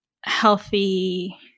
healthy